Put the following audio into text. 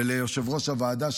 וליושב-ראש הוועדה,